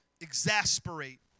exasperate